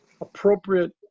appropriate